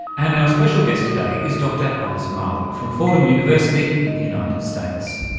and our special guest today is dr alice marwick from fordham university in the united states.